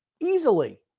Easily